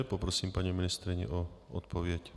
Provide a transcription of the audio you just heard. Poprosím paní ministryni o odpověď.